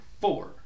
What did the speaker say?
four